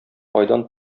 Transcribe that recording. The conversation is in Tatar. айдан